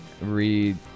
read